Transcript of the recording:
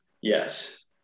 yes